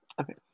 okay